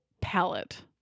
palette